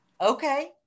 Okay